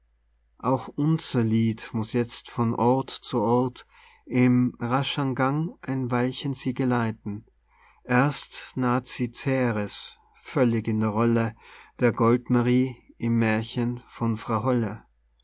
auch unser lied muß jetzt von ort zu ort im raschern gang ein weilchen sie geleiten erst naht sie ceres völlig in der rolle der goldmarie im mährchen von frau holle